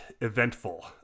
eventful